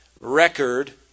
record